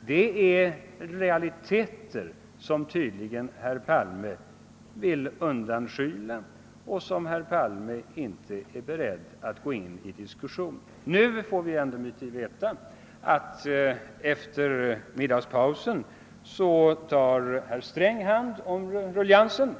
Detta är realiteter, som herr Palme vill undanskymma och inte är beredd att gå in i diskussion om. Nu får vi emellertid veta att Gunnar Sträng efter middagspausen skall ta hand om ruljangsen